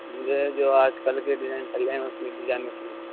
مجھے جو آج کل کے ڈیزائن چل رہے ہیں اُسی ڈیزائن میں چاہیے